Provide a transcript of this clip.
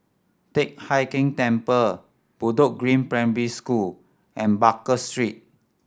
Teck Hai Keng Temple Bedok Green Primary School and Baker Street